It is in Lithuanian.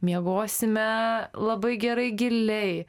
miegosime labai gerai giliai